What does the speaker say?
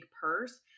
purse